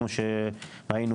כפי שראינו,